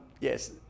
Yes